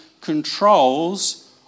controls